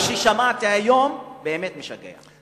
אבל מה ששמעתי היום באמת משגע.